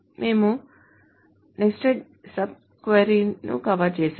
మేము nested sub query లను cover చేసాము